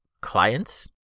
clients